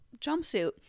jumpsuit